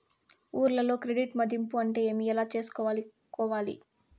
ఊర్లలో క్రెడిట్ మధింపు అంటే ఏమి? ఎలా చేసుకోవాలి కోవాలి?